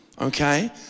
okay